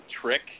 trick